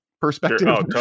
perspective